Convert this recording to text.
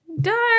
Dark